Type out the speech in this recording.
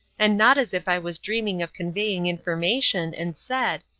and not as if i was dreaming of conveying information, and said,